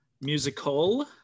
musical